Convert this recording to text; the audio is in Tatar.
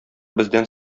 бездән